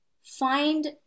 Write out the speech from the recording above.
Find